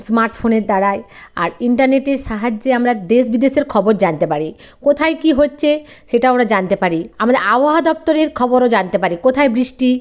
smart ফোনের দ্বারায় আর ইন্টারনেটের সাহায্যে আমরা দেশ বিদেশের খবর জানতে পারি কোথায় কী হচ্ছে সেটাও আমরা জানতে পারি আমাদের আবহাওয়া দপ্তরের খবরও জানতে পারি কোথায় বৃষ্টি